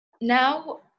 now